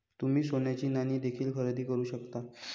तुम्ही सोन्याची नाणी देखील खरेदी करू शकता